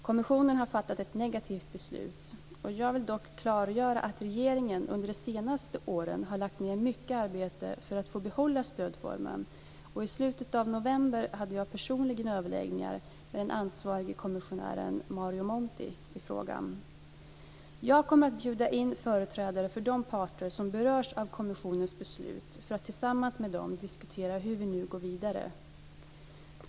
Kommissionen har fattat ett negativt beslut. Jag vill dock klargöra att regeringen under de senaste åren har lagt ned mycket arbete för att få behålla stödformen, och i slutet av november hade jag personligen överläggningar med den ansvarige kommissionären Mario Monti i frågan. Jag kommer att bjuda in företrädare för de parter som berörs av kommissionens beslut för att tillsammans med dem diskutera hur vi nu går vidare.